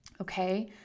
Okay